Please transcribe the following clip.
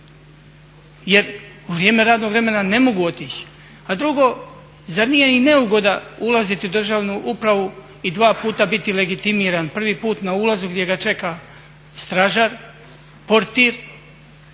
Jer u vrijeme radnog vremena ne mogu otići. A drugo, zar nije i neugoda ulaziti u državnu upravu i dva puta biti legitimiran, prvi put na ulazu gdje ga čeka stražar, portir,